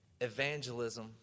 Evangelism